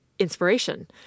inspiration